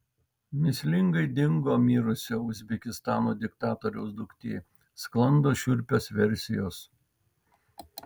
mįslingai dingo mirusio uzbekistano diktatoriaus duktė sklando šiurpios versijos